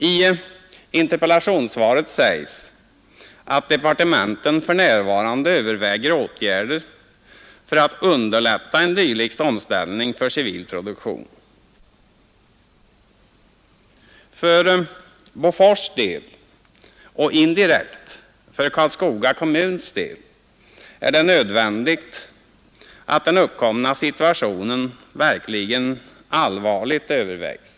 I interpellationssvaret sägs att departementen för närvarande överväger vilka åtgärder som kan behöva vidtas för att underlätta en dylik omställning till civil produktion. För Bofors del och indirekt för Karlskoga kommuns del är det Nr 68 nödvändigt att den uppkomna situationen verkligen allvarligt överväges.